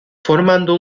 formando